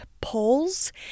polls